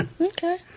Okay